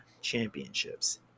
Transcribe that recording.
Championships